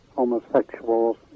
homosexuals